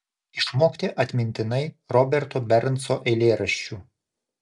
išmokti atmintinai roberto bernso eilėraščių